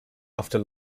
after